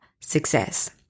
success